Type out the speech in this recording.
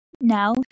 now